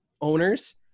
owners